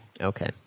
Okay